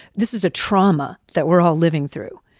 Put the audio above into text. this is a trauma that we're all living through.